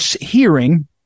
hearing